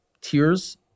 tears